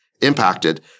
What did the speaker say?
impacted